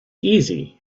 easy